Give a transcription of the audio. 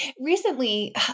recently